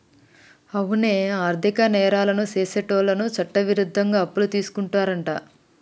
అవునే ఆర్థిక నేరాలను సెసేటోళ్ళను చట్టవిరుద్ధంగా అప్పులు తీసుకుంటారంట